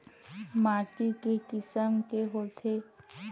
माटी के किसम के होथे?